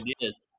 ideas